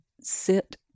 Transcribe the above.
sit